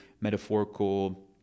metaphorical